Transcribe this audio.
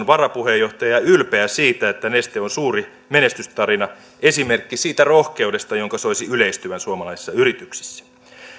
varapuheenjohtaja ja ylpeä siitä että neste on suuri menestystarina esimerkki siitä rohkeudesta jonka soisi yleistyvän suomalaisissa yrityksissä